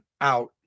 out